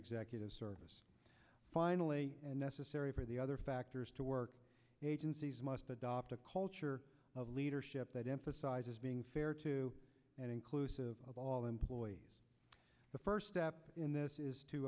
executive finally and necessary for the other factors to work agencies must adopt a culture of leadership that emphasizes being fair to and inclusive of all employees the first step in this is to